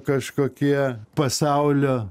kažkokie pasaulio